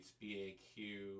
B-A-Q